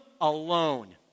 alone